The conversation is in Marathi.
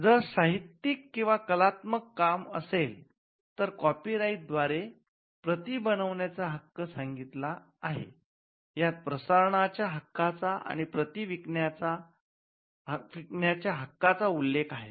जर साहित्यिक किंवा कलात्मक काम असेल तर कॉपी राईट द्वारे प्रती बनविण्याचा हक्क सांगितला आहे यात प्रसारणाच्या हक्काचा आणि प्रती विकण्याच्या हक्काचा उल्लेख आहे